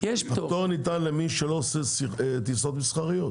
והפטור ניתן למי שלא עושה טיסות מסחריות.